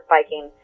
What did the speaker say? Viking